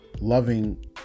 loving